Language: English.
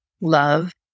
love